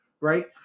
right